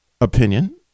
opinion